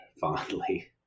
fondly